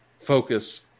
focus